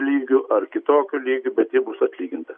lygiu ar kitokiu lygiu bet ji bus atlyginta